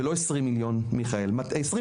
ולא 20 מיליון ₪,